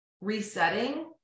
resetting